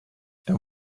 and